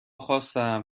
خواستم